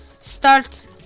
start